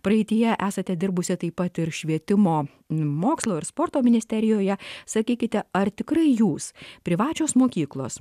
praeityje esate dirbusi taip pat ir švietimo mokslo ir sporto ministerijoje sakykite ar tikrai jūs privačios mokyklos